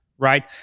Right